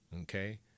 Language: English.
Okay